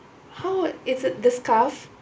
how it's the scarf